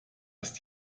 ist